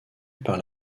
par